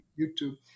YouTube